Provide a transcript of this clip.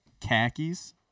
khakis